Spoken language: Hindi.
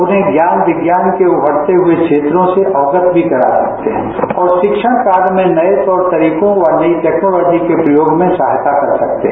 उन्हें ज्ञान विज्ञान के उभरते हुए क्षेत्रों से अवगत भी करा सकते हैं और शिक्षण काल में नए तौर तरीकों व नई टेक्नोलॉजी के प्रयोग में सहायता कर सकते हैं